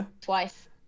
Twice